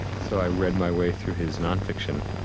so i read my way through his nonfiction.